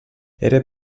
era